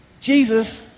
Jesus